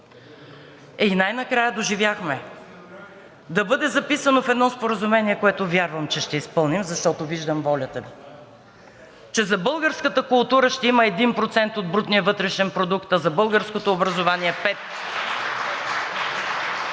Най-накрая доживяхме да бъде записано в едно споразумение, което вярвам, че ще изпълним, защото виждам волята ни, че за българската култура ще има 1% от брутния вътрешен продукт, а за българското образование – 5%.